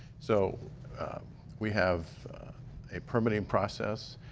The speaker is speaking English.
so we have a permitting process.